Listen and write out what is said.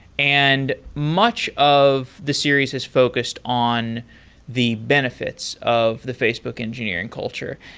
and much of the series is focused on the benefits of the facebook engineering culture.